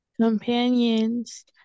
companions